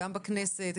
גם בכנסת,